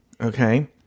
Okay